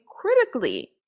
critically